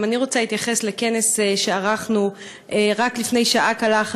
גם אני רוצה להתייחס לכנס שערכנו רק לפני שעה קלה,